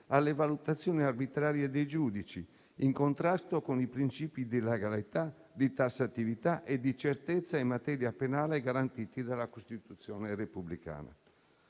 alle valutazioni arbitrarie dei giudici, in contrasto con i principi di legalità, di tassatività e di certezza in materia penale garantiti dalla Costituzione repubblicana.